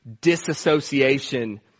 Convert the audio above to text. disassociation